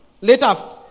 later